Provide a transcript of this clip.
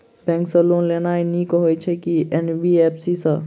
Bank सँ loan लेनाय नीक होइ छै आ की एन.बी.एफ.सी सँ?